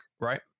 right